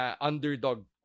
underdog